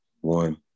One